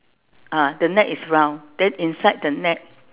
ah the net is round then inside the net